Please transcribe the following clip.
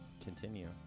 continue